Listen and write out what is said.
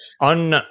On